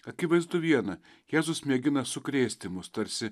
akivaizdu viena jėzus mėgina sukrėsti mus tarsi